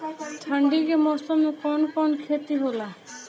ठंडी के मौसम में कवन कवन खेती होला?